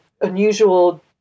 unusual